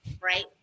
right